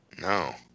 No